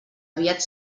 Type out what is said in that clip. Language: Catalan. aviat